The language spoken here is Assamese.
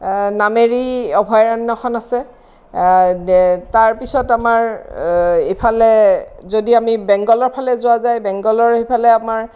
নামেৰি অভয়াৰণ্যখন আছে তাৰপিছত আমাৰ ইফালে যদি আমি বেংগলৰ ফালে যোৱা যায় বেংগলৰ সিফালে আমাৰ